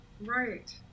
right